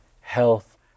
health